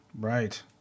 Right